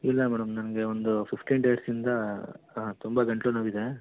ಇಲ್ಲ ಮೇಡಮ್ ನನಗೆ ಒಂದು ಫಿಫ್ಟೀನ್ ಡೇಸಿಂದಾ ತುಂಬ ಗಂಟಲು ನೋವು ಇದೆ